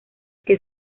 que